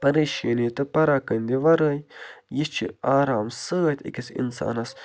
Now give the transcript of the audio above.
پریشٲنی تہِ پراکَنٛدی وَرٲے یہِ چھِ آرام سۭتۍ أکِس اِنسانَس